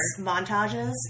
montages